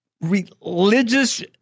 religious